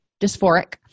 dysphoric